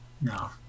No